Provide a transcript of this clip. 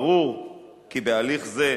ברור כי בהליך זה,